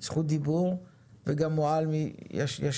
זכות דיבור וגם מועלמי ישלים.